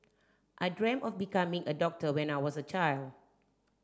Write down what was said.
I dreamt of becoming a doctor when I was a child